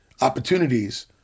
opportunities